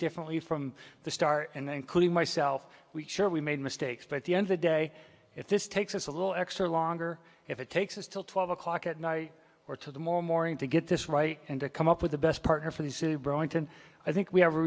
differently from the start and then including myself we sure we made mistakes but at the end the day if this takes us a little extra longer if it takes us till twelve o'clock at night or to the more morning to get this right and to come up with the best partner for the city brewington i think we have a